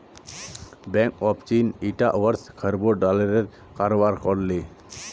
bank of China ईटा वर्ष खरबों डॉलरेर कारोबार कर ले